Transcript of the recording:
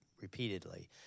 repeatedly